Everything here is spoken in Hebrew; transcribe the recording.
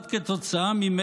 תודה רבה לסגן השר חבר הכנסת